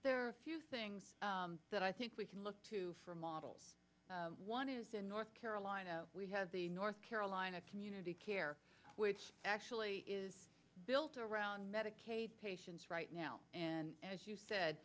there are a few things that i think we can look to for models one is in north carolina we have the north carolina community care which actually is built around medicaid patients right now and as you said